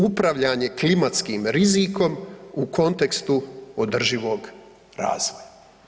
Upravljanje klimatskih rizikom u kontekstu održivog razvoja.